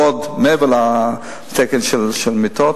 מעבר לתקן של מיטות.